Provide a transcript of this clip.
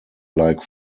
like